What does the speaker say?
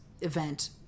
event